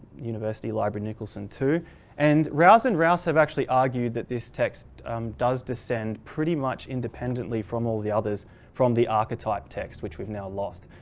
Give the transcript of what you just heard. university library nicholson and rouse and rouse have actually argued that this text does descend pretty much independently from all the others from the archetype text which we've now lost.